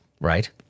right